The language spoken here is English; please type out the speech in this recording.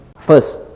First